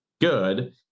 good